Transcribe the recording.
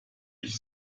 ich